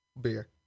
Beer